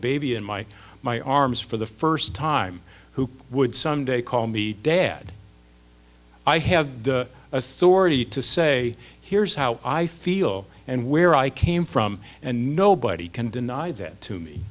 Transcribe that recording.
baby in my my arms for the first time who would someday call me dad i have the authority to say here's how i feel and where i came from and nobody can deny that to me